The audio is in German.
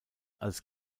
als